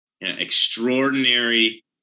extraordinary